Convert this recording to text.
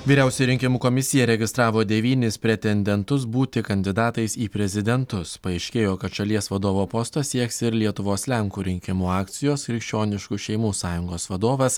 vyriausia rinkimų komisija įregistravo devynis pretendentus būti kandidatais į prezidentus paaiškėjo kad šalies vadovo posto sieks ir lietuvos lenkų rinkimų akcijos krikščioniškų šeimų sąjungos vadovas